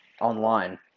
online